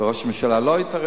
וראש הממשלה לא התערב.